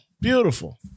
beautiful